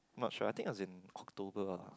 not sure I think as in October ah